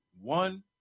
One